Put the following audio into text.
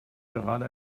gerade